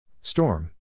Storm